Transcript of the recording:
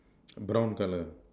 brown colour